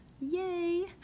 yay